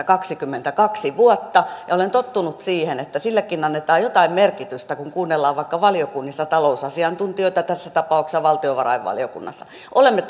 kaksikymmentäkaksi vuotta ja olen tottunut siihen että sillekin annetaan jotain merkitystä kun kuunnellaan vaikka talousasiantuntijoita valiokunnissa tässä tapauksessa valtiovarainvaliokunnassa olemme